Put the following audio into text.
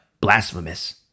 blasphemous